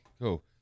cool